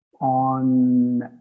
on